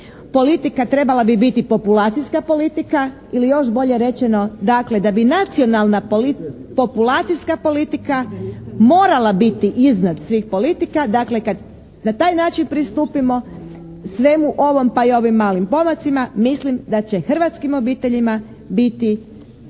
politika trebala bi biti populacijska politika ili još bolje rečeno, dakle da bi nacionalna politika, populacijska politika morala biti iznad svih politika. Dakle kad na taj način postupimo svemu ovom pa i ovim malim pomacima mislim da će hrvatskim obiteljima biti